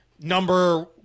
number